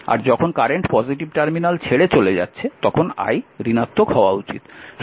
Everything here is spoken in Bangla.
আর যখন কারেন্ট পজিটিভ টার্মিনাল ছেড়ে চলে যাচ্ছে তখন i ঋণাত্মক হওয়া উচিত